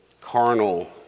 carnal